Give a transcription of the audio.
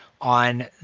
on